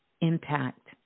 impact